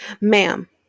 Ma'am